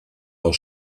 aus